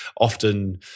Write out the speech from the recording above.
often